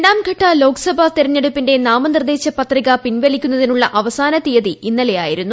രണ്ടാം ഘട്ട ലോക്സഭാ തെരഞ്ഞെടുപ്പിന്റെ നാമനിർദ്ദേശ പത്രിക പിൻവലിക്കുന്നതിനുള്ള അവസാന തീയതി ഇന്നലെ ഇന്നലെ ആയിരുന്നു